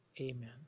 Amen